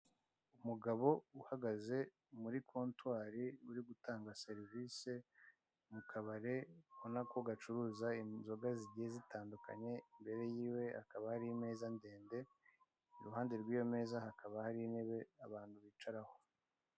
Umugabo uhagaze muri kontwari uri gutanga serivisi mu kabari, ubonako gacuruza inzoga zigiye zitandukanye, imbere y'iwe hakaba hari imeza ndende, iruhande rw'iyo meza hakaba hari intebe abantu bicaraho.